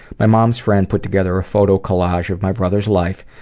my mom's friend put together a photo collage of my brother's life,